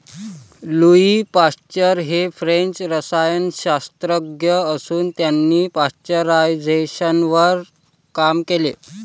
Louis Pasteur हे French रसायनशास्त्रज्ञ असून त्यांनी पाश्चरायझेशनवर काम केले